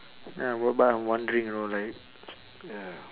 ya but but I'm wondering you know like ya